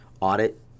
audit